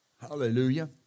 Hallelujah